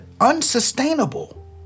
unsustainable